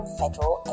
federal